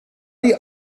die